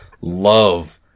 love